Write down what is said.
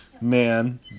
man